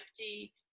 empty